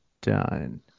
done